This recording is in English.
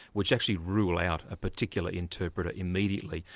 which actually rule out a particular interpreter immediately.